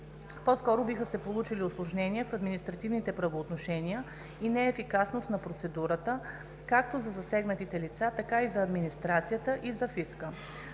По-скоро биха се получили усложнения в административните правоотношения и неефикасност на процедурата както за засегнатите лица, така и за администрацията и за фиска.